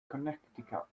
connecticut